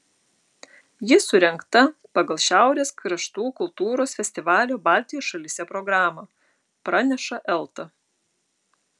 ji surengta pagal šiaurės kraštų kultūros festivalio baltijos šalyse programą praneša elta